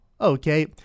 Okay